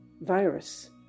Virus